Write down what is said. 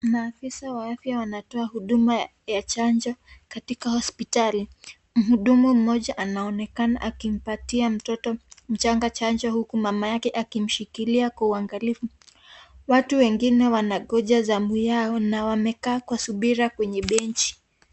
Maafisa wa afya wanatoa huduma ya chanjo katika hospitali. Mhudumu mmoja anaonekana akimpatia mtoto mchanga chanjo huku mama yake akimshikilia kuangalia. Watu wengine wanangoja zamu yao na wamekaa kwa subira kwenye benchi.